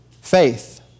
Faith